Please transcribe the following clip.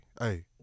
Hey